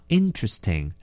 interesting